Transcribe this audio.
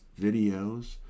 videos